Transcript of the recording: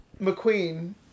McQueen